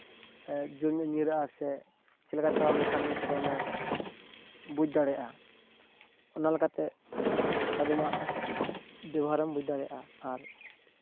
ᱡᱳᱨᱧᱚᱜᱼᱮ ᱧᱤᱨᱟᱜᱼᱟ ᱥᱮ ᱪᱮᱫ ᱞᱮᱠᱟᱭ ᱛᱟᱲᱟᱢ ᱞᱮᱠᱷᱟᱱ ᱱᱩᱭ ᱥᱟᱫᱚᱢᱮ ᱵᱩᱡᱽ ᱫᱟᱲᱮᱭᱟᱜᱼᱟ ᱚᱱᱟ ᱞᱮᱠᱟᱛᱮ ᱥᱟᱫᱚᱢᱟᱜ ᱵᱮᱵᱚᱦᱟᱨᱮᱢ ᱵᱩᱡᱽ ᱫᱟᱲᱮᱭᱟᱜᱼᱟ ᱟᱨ